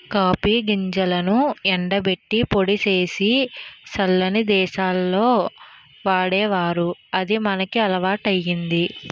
copy గింజలను ఎండబెట్టి పొడి సేసి సల్లని దేశాల్లో వాడేవారు అది మనకి అలవాటయ్యింది